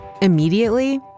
Immediately